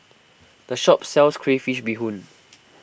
this shop sells Crayfish BeeHoon